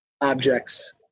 objects